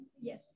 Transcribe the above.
Yes